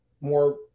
more